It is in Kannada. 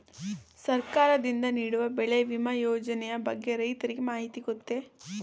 ಸರ್ಕಾರದಿಂದ ನೀಡುವ ಬೆಳೆ ವಿಮಾ ಯೋಜನೆಯ ಬಗ್ಗೆ ರೈತರಿಗೆ ಮಾಹಿತಿ ಗೊತ್ತೇ?